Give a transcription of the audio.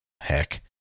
Heck